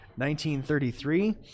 1933